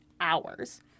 hours